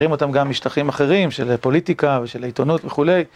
אותם גם בשטחים אחרים, של פוליטיקה ושל עיתונות וכולי.